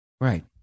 Right